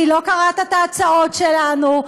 כי לא קראת את ההצעות שלנו.